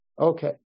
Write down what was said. Okay